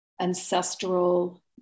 ancestral